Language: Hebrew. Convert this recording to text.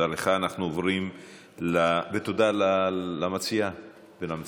ותודה למציעים.